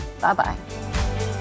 Bye-bye